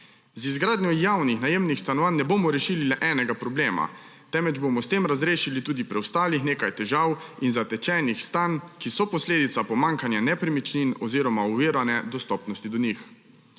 Z izgradnjo javnih najemnih stanovanj ne bomo rešili le enega problema, temveč bomo s tem razrešili tudi preostalih nekaj težav in zatečenih stanj, ki so posledica pomanjkanja nepremičnin oziroma oviranja dostopnosti do njih.